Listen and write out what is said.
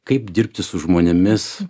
kaip dirbti su žmonėmis